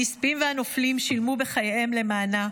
הנספים והנופלים שילמו בחייהם למענה,